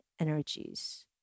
energies